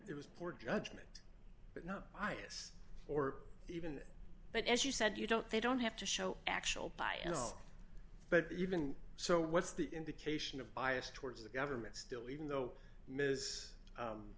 there was poor judgment but not bias or even but as you said you don't they don't have to show actual by you know but even so what's the indication of bias towards the government still even though m